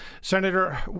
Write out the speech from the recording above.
Senator